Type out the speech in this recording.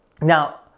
Now